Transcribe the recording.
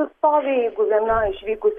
atstovė jeigu viena išvykus